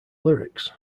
lyrics